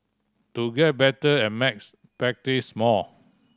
to get better at maths practise more